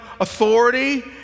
authority